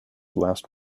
last